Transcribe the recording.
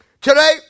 Today